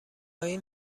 این